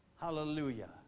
Hallelujah